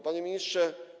Panie Ministrze!